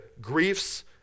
griefs